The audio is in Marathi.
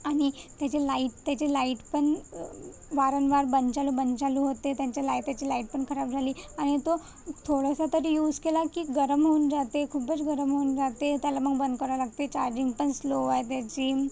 आणि त्याचे लाईट त्याचे लाईट पण वारंवार बंद चालू बंद चालू होते त्यांच्या लाई त्याच्या लाईट पण खराब झाली आणि तो थोडासा तरी यूज केला की गरम होऊन जाते खूपच गरम होऊन जाते त्याला मग बंद करावं लागते चार्जिंग पण स्लो आहे त्याची